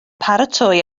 paratoi